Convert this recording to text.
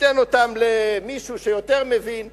ניתן אותן למישהו שמבין יותר.